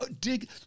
dig